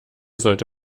sollte